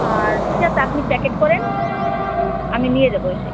আর ঠিক আছে আপনি প্যাকেট করেন আমি নিয়ে যাবো এসে